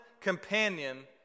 companion